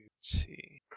see